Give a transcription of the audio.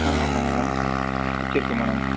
ம் ஆமாங்க மேடம் ஹெச் இருக்குது மேடம்